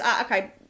okay